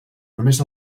només